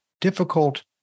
difficult